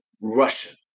Russian